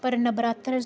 पर नवरात्रें